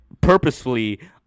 purposefully